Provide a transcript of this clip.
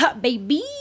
Baby